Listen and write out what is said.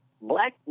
black